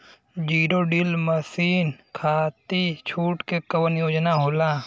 Zero till machine खाती छूट के कवन योजना होला?